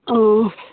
অঁ